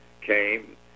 came